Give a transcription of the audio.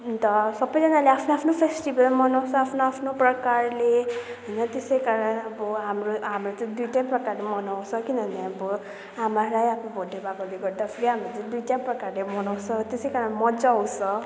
अन्त सबैजनाले आफ्नो आफ्नो फेस्टिबल मनाउँछ आफ्नो आफ्नो प्रकारले होइन त्यसै कारण अब हाम्रो हाम्रो चाहिँ दुईवटै प्रकारले मनाउँछ किनभने अब आमा राई आफू भोटे भएकोले गर्दाखेरि हामी चाहिँ दुईवटै प्रकारले मनाउँछ त्यसै कारणले मजा आउँछ